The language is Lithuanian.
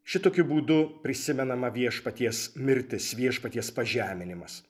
šitokiu būdu prisimenama viešpaties mirtis viešpaties pažeminimas